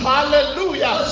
Hallelujah